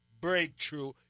breakthrough